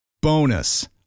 Bonus